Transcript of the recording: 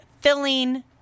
filling